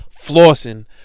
flossing